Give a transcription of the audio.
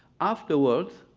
afterwards,